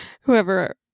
whoever